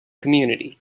community